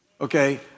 Okay